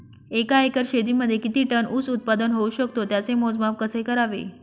एका एकर शेतीमध्ये किती टन ऊस उत्पादन होऊ शकतो? त्याचे मोजमाप कसे करावे?